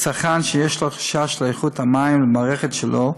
צרכן שיש לו חשש לגבי איכות המים במערכת שלו,